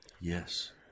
Yes